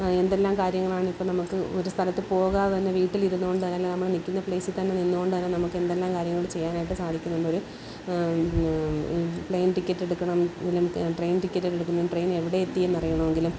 എന്തെല്ലാം കാര്യങ്ങളാണ് ഇപ്പം നമുക്ക് ഒരു സ്ഥലത്ത് പോകാതെ തന്നെ വീട്ടിൽ ഇരുന്നുകൊണ്ട് അല്ല നമ്മൾ നിൽക്കുന്ന പ്ലേസിൽ തന്നെ നിന്നുകൊണ്ട് തന്നെ നമ്മുക്ക് എന്തെല്ലാം കാര്യങ്ങള് ചെയ്യാനായിട്ട് സാധിക്കുന്നുണ്ട് ഒരു പ്ലയ്ൻ ടിക്കെറ്റ് എടുക്കുന്നതും പിന്നെ ട്രെയിൻ ടിക്കെറ്റ് എടുക്കുന്നതും ട്രെയിൻ എവിടെ എത്തി എന്നറിണമെങ്കി ലും